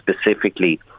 specifically